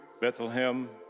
Bethlehem